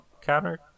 counter